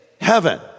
heaven